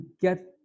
get